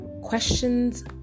questions